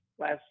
last